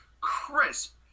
crisp